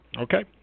Okay